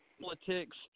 politics